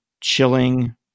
chilling